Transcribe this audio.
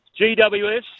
GWS